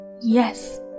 Yes